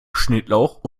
schnittlauch